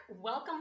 Welcome